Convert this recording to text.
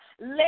Let